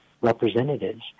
representatives